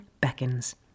beckons